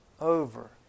over